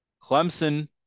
Clemson